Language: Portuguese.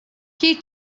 que